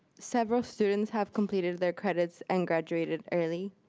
several students have completed their credits and graduated early.